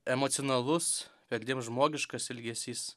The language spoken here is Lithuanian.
emocionalus perdėm žmogiškas elgesys